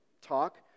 talk